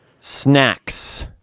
Snacks